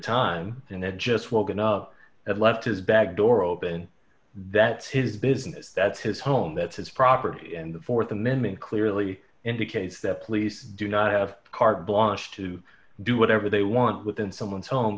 time and had just woken up have left his back door open that's his business that's his home that's his property and the th amendment clearly indicates that police do not have carte blanche to do whatever they want with in someone's home